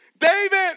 David